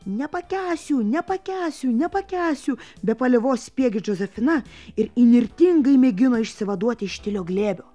nepakęsiu nepakęsiu nepakęsiu be paliovos spiegė džozefina ir įnirtingai mėgino išsivaduoti iš tilio glėbio